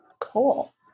Cool